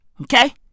Okay